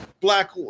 black